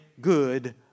good